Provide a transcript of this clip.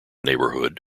neighborhood